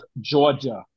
georgia